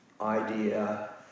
idea